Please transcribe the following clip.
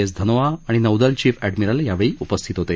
S Dhanoa आणि नौदल chief admiral यावेळी उपस्थित होते